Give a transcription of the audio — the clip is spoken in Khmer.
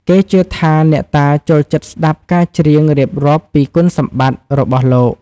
គេជឿថាអ្នកតាចូលចិត្តស្ដាប់ការច្រៀងរៀបរាប់ពីគុណសម្បត្តិរបស់លោក។